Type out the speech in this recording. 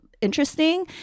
interesting